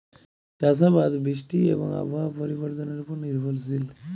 চাষ আবাদ বৃষ্টি এবং আবহাওয়ার পরিবর্তনের উপর নির্ভরশীল